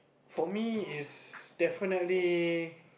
for me it's definitely